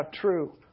true